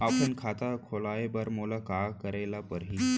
Offline खाता खोलवाय बर मोला का करे ल परही?